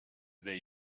they